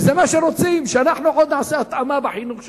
וזה מה שרוצים, שאנחנו נעשה התאמה בחינוך שלנו.